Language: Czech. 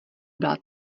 byla